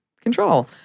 control